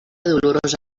dolorosa